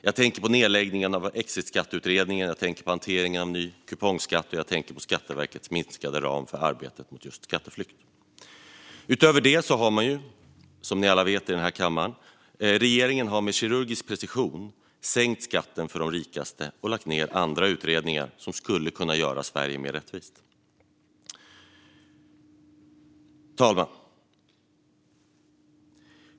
Jag tänker på nedläggningen av exitskatteutredningen, jag tänker på hanteringen av ny kupongskatt och jag tänker på Skatteverkets minskade ram för arbetet mot just skatteflykt. Utöver detta har regeringen, som alla här i kammaren vet, med kirurgisk precision sänkt skatten för de rikaste och lagt ned andra utredningar som skulle kunna göra Sverige mer rättvist. Herr talman!